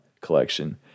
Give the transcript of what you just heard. collection